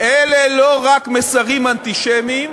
אלה לא רק מסרים אנטישמיים,